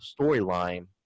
storyline